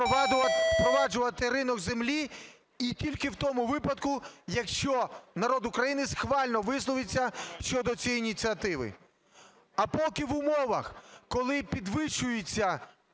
впроваджувати ринок землі, і в тому випадку, якщо народ України схвально висловиться щодо цієї ініціативи. А поки в умовах, коли підвищуються